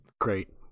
Great